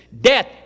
Death